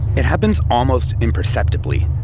it happens almost imperceptibly.